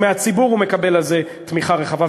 מהציבור הוא מקבל על זה תמיכה רחבה,